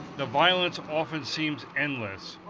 the violence often seems endless.